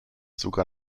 sogar